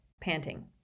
panting